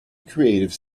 creative